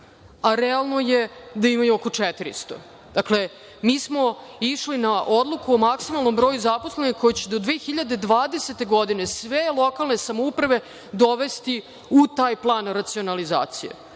a realno je da imaju oko 400. Dakle, mi smo išli na odluku o maksimalnom broju zaposlenih koji će do 2020. godine sve lokalne samouprave dovesti u taj plan racionalizacije. Tako